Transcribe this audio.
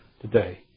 today